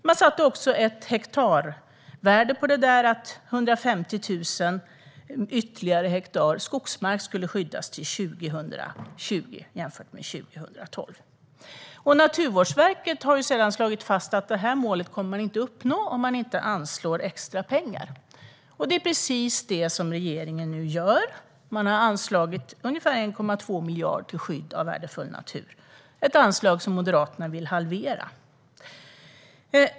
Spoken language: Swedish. Man satte också ett hektarvärde: ytterligare 150 000 hektar skogsmark skulle skyddas till år 2020, jämfört med år 2012. Naturvårdsverket har sedan slagit fast att detta mål inte kommer att uppnås om man inte anslår extra pengar. Det är precis detta som regeringen nu gör. Man har anslagit ungefär 1,2 miljarder till skydd av värdefull natur. Det är ett anslag som Moderaterna vill halvera.